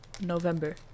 November